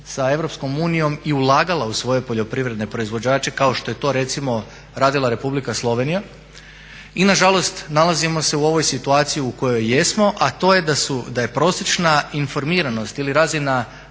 sa EU i ulagala u svoje poljoprivredne proizvođače kao što je to recimo radila Republika Slovenija. I nažalost nalazimo se u ovoj situaciji u kojoj jesmo, a to je da je prosječna informiranost ili razina